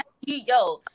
Yo